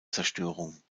zerstörung